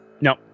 No